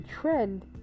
trend